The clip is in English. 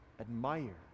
admire